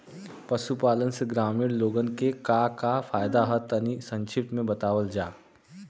पशुपालन से ग्रामीण लोगन के का का फायदा ह तनि संक्षिप्त में बतावल जा?